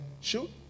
shoot